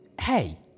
Hey